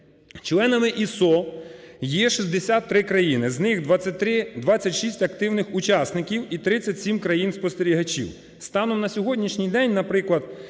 членами ISO є 63 країни, з них 23, 26 активних учасників і 37 країн-спостерігачів. Станом на сьогоднішній день, наприклад,